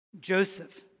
Joseph